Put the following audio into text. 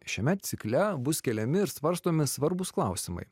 šiame cikle bus keliami ir svarstomi svarbūs klausimai